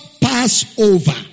Passover